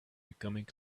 becoming